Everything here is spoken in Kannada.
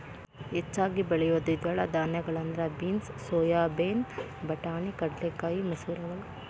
ಹೆಚ್ಚಾಗಿ ಬೆಳಿಯೋ ದ್ವಿದಳ ಧಾನ್ಯಗಳಂದ್ರ ಬೇನ್ಸ್, ಸೋಯಾಬೇನ್, ಬಟಾಣಿ, ಕಡಲೆಕಾಯಿ, ಮಸೂರಗಳು